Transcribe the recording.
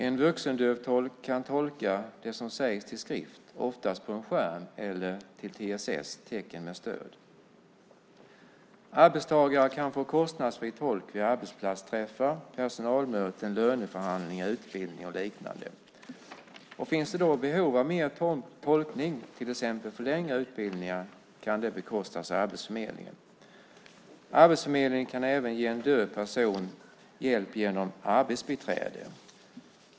En vuxendövtolk kan tolka det som sägs i skrift oftast på en skärm eller i TSS, tecken som stöd. Arbetstagare kan få kostnadsfri tolkning på arbetsplatsträffar, personalmöten, löneförhandlingar, utbildning och liknande. Finns det behov av mer tolkning till exempel för längre utbildningar kan det bekostas av Arbetsförmedlingen. Arbetsförmedlingen kan även ge en döv person hjälp genom arbetsbiträde.